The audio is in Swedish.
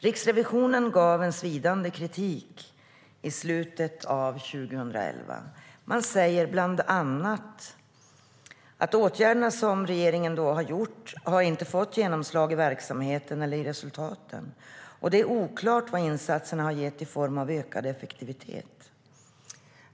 Riksrevisionen gav svidande kritik i slutet av 2011. Man sade bland annat att de åtgärder regeringen har vidtagit inte har fått genomslag i verksamheten eller resultaten och att det är oklart vad insatserna har gett i form av ökad effektivitet.